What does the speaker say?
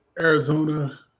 Arizona